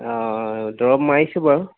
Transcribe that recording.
অঁ দৰৱ মাৰিছোঁ বাৰু